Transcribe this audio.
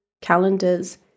calendars